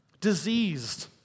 diseased